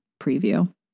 preview